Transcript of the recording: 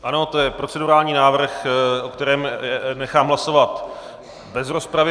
Ano, to je procedurální návrh, o kterém nechám hlasovat bez rozpravy.